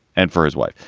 and for his wife,